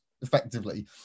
effectively